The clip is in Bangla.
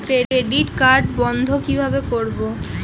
ক্রেডিট কার্ড বন্ধ কিভাবে করবো?